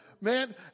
Man